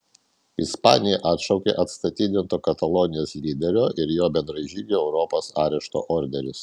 ispanija atšaukė atstatydinto katalonijos lyderio ir jo bendražygių europos arešto orderius